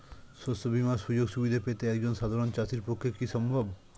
শস্য বীমার সুযোগ সুবিধা পেতে একজন সাধারন চাষির পক্ষে কি সম্ভব?